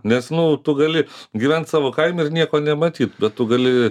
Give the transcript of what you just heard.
nes nu tu gali gyvent savo kaime ir nieko nematyt bet tu gali